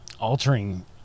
altering